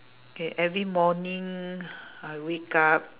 K every morning I wake up